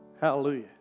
Hallelujah